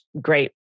great